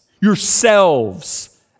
yourselves